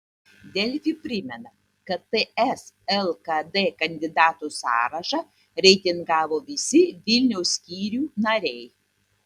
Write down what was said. delfi primena kad ts lkd kandidatų sąrašą reitingavo visi vilniaus skyrių nariai